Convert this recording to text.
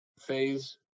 phase